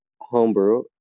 Homebrew